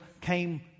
came